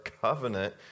covenant